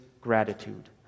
gratitude